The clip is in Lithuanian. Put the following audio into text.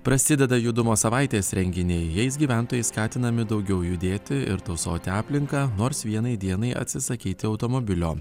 prasideda judumo savaitės renginiai jais gyventojai skatinami daugiau judėti ir tausoti aplinką nors vienai dienai atsisakyti automobilio